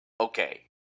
Okay